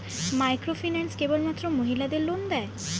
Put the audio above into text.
Microfinance কেবলমাত্র মহিলাদের loan দেয়?